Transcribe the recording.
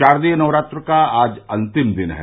शारदीय नवरात्र का आज अंतिम दिन है